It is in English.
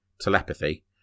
telepathy